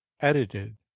Edited